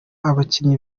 abakinyi